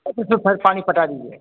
उसमें फिर पानी पटा दीजिए